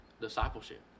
discipleship